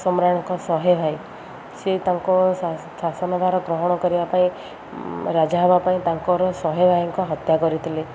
ସମ୍ରାଟଙ୍କ ଶହେ ଭାଇ ସେ ତାଙ୍କ ଶାସନଭାର ଗ୍ରହଣ କରିବା ପାଇଁ ରାଜା ହେବା ପାଇଁ ତାଙ୍କର ଶହେ ଭାଇଙ୍କ ହତ୍ୟା କରିଥିଲେ